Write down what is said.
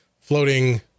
floating